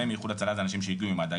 מאיחוד הצלה זה אנשים שהגיעו ממד"א,